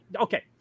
Okay